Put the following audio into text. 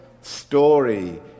story